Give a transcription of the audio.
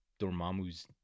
Dormammu's